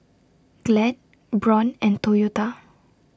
Glad Braun and Toyota